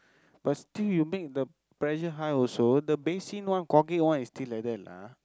but still you make the pressure high also the basin one clogging one is still like that lah